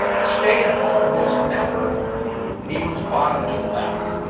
stay at home was never needles bottom to the left.